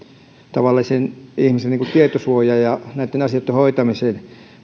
tavallisen ihmisen tietosuojaan ja näitten asioitten hoitamiseen